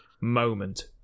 moment